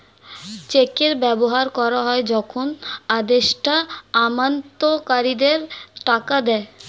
চেকের ব্যবহার করা হয় যখন আদেষ্টা আমানতকারীদের টাকা দেয়